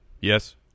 Yes